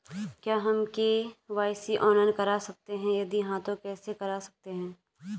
क्या हम KYC online करा सकते हैं यदि हाँ तो कैसे करा सकते हैं?